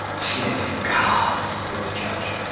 snivelling calves! said the judge.